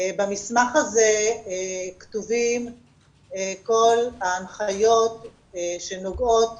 במסמך הזה כתובות כל ההנחיות שנוגעות